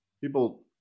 people